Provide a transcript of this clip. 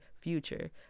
future